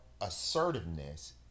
assertiveness